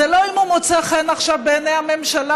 זה לא אם הוא מוצא חן עכשיו בעיני הממשלה